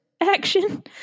action